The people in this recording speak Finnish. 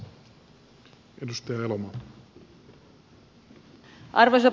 arvoisa puhemies